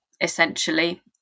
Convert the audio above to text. essentially